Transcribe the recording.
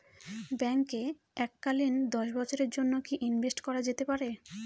ব্যাঙ্কে এককালীন দশ বছরের জন্য কি ইনভেস্ট করা যেতে পারে?